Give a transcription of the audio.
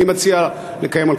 הוא דוחה את